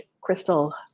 Crystal